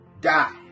die